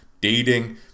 dating